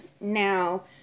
Now